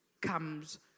comes